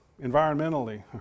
environmentally